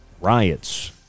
riots